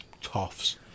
toffs